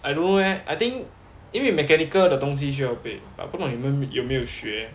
I don't know leh I think 因为 mechanical 的东西需要备 but 不懂你们有没有学